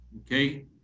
Okay